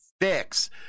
fix